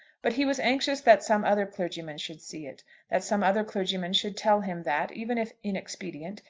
but he was anxious that some other clergyman should see it that some other clergyman should tell him that, even if inexpedient,